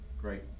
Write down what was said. Great